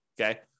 Okay